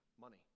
money